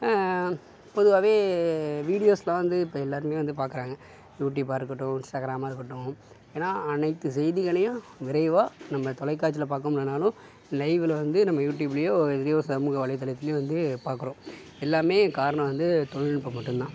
பொதுவாகவே வீடியோஸ்லாம் வந்து இப்போ எல்லாருமே வந்து பார்க்குறாங்க யூடியூப்பாக இருக்கட்டும் இன்ஸ்டாகிராமாக இருக்கட்டும் ஏன்னா அனைத்து செய்திகளையும் விரைவாக நம்ம தொலைக்காட்சியில பார்க்க முல்லனாலும் லைவ்வில் வந்து நம்ம யூடியூப்லையோ சமூகவலைத்துலையோ வந்து பார்க்குறோம் எல்லாமே கார்ணம் வந்து தொழில் நுட்பம் மட்டும்தான்